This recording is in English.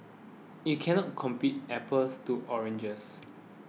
you can not compare apples to oranges